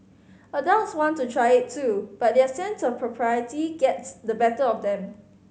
adults want to try it too but their sense of propriety gets the better of them